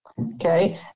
Okay